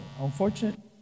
unfortunately